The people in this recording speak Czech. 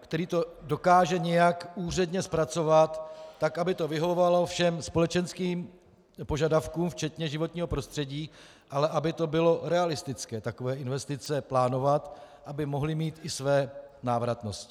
který to dokáže nějak úředně zpracovat tak, aby to vyhovovalo všem společenským požadavkům včetně životního prostředí, ale aby bylo realistické takové investice plánovat, aby mohly mít i své návratnosti.